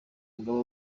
umugaba